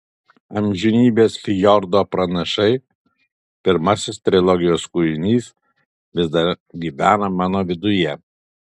amžinybės fjordo pranašai pirmasis trilogijos kūrinys vis dar gyvena mano viduje